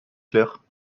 clair